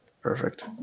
Perfect